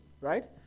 Right